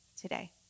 today